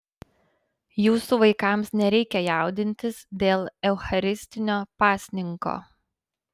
jūsų vaikams nereikia jaudintis dėl eucharistinio pasninko